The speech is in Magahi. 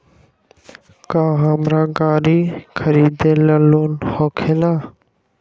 का हमरा गारी खरीदेला लोन होकेला?